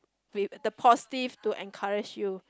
with the positive to encourage you